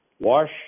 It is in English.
Wash